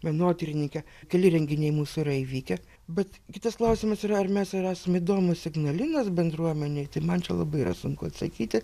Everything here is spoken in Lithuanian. menotyrininkė keli renginiai mūsų yra įvykę bet kitas klausimas ar mes ar esam įdomūs ignalinos bendruomenei tai man čia labai yra sunku atsakyti